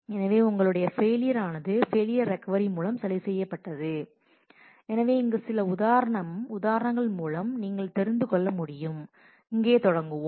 எனவே உங்களுடைய ஃபெயிலியர் ஆனது ஃபெயிலியர் ரெக்கவரி மூலம் சரி செய்யப்பட்டது எனவே இங்கு சில உதாரணம் உதாரணங்கள் மூலம் நீங்கள் தெரிந்து கொள்ள முடியும் இங்கே தொடங்குவோம்